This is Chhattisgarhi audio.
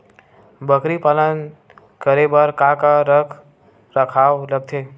बकरी पालन करे बर काका रख रखाव लगथे?